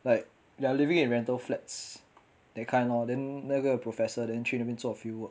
like there are living in rental flats that kind lor then 那个 professor then 去那边做 fieldwork